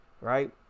right